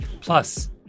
Plus